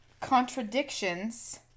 contradictions